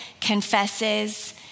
confesses